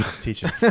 teaching